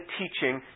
teaching